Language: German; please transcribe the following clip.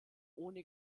ohne